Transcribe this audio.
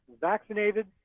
vaccinated